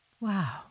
Wow